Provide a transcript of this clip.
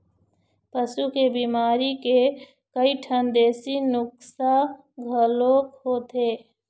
पशु के बिमारी के कइठन देशी नुक्सा घलोक होथे